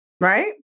Right